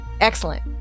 excellent